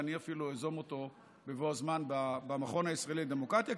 ואני אפילו איזום אותו בבוא הזמן במכון הישראלי לדמוקרטיה,